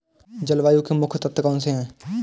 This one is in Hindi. जलवायु के मुख्य तत्व कौनसे हैं?